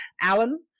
alan